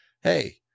hey